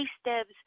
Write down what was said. steps